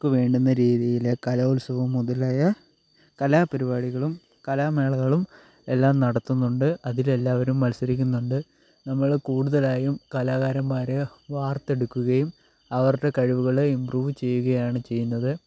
അവർക്ക് വേണ്ടുന്ന രീതിയിൽ കലോത്സവം മുതലായ കലാപരിപാടികളും കലാമേളകളും എല്ലാം നടത്തുന്നുണ്ട് അതിലെല്ലാവരും മത്സരിക്കുന്നുണ്ട് നമ്മൾ കൂടുതലായും കലാകാരന്മാരെയോ വാർത്തെടുക്കുകയും അവരുടെ കഴിവുകളെ ഇമ്പ്രൂവ് ചെയ്യുകയാണ് ചെയ്യുന്നത്